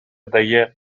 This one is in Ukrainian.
дає